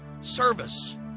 service